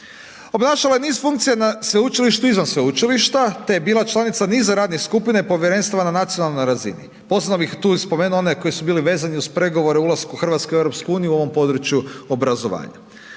Obnašala je niz funkcija na sveučilištu izvan sveučilišta te je bila članica niza radne skupine, povjerenstava na nacionalnoj razini. Posebno bih tu i spomenuo one koji su bili vezani uz pregovore ulasku Hrvatske u EU u ovom području obrazovanja.